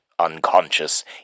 unconscious